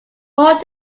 more